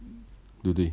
对不对